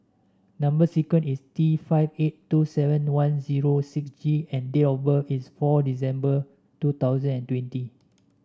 number sequence is T five eight two seven one zero six G and date of birth is fourth December two thousand and twenty